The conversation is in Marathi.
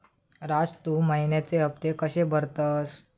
राजू, तू महिन्याचे हफ्ते कशे भरतंस?